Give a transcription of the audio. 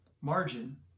Margin